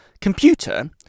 computer